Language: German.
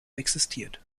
existiert